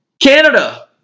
Canada